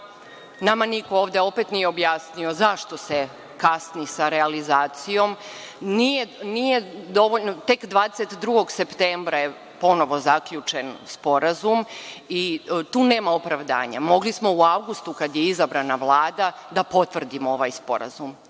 Nama niko ovde nije objasnio zašto se kasni sa realizacijom. Tek 22. septembra je ponovo zaključen sporazum i tu nema opravdanja. Mogli smo u avgustu kada je izabrana Vlada da potvrdimo ovaj sporazum.